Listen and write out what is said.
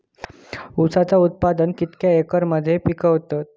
ऊसाचा उत्पादन कितक्या एकर मध्ये पिकवतत?